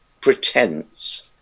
pretense